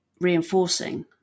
reinforcing